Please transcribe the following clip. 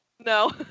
No